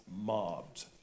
mobbed